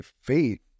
faith